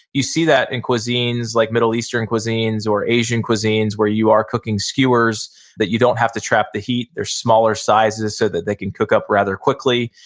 you see that in cuisines, like middle eastern cuisines or asian cuisines where you are cooking skewers that you don't have to trap the heat. they're smaller size, and so that they can cook up rather quickly.